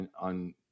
on